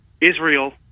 Israel